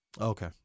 Okay